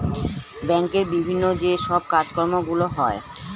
ব্যাংকের বিভিন্ন যে সব কাজকর্মগুলো হয়